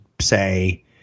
say